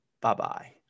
Bye-bye